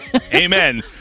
Amen